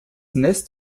nest